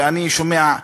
ואני שומע,